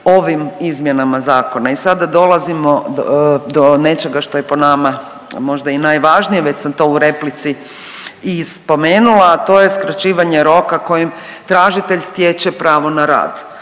ovim izmjenama zakona. I sada dolazimo do nečega što je po nama možda i najvažnije već sam to u replici i spomenula, a to je skraćivanje roka kojim tražitelj stječe pravo na rad.